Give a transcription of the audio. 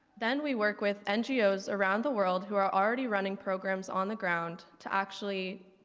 then we worked with ngos around the world who are already running programs on the ground to actually,